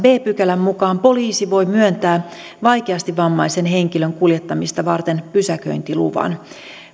b pykälän mukaan poliisi voi myöntää vaikeasti vammaisen henkilön kuljettamista varten pysäköintiluvan